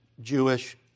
Jewish